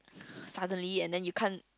suddenly and then you can't